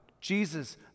Jesus